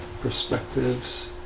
perspectives